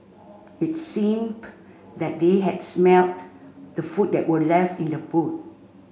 it seemed that they had smelt the food that were left in the boot